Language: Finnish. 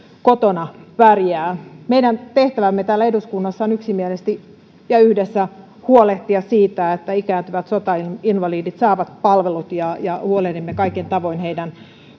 kotona pärjää meidän tehtävämme täällä eduskunnassa on yksimielisesti ja yhdessä huolehtia siitä että ikääntyvät sotainvalidit saavat palvelut ja ja huolehdimme kaikin tavoin heidän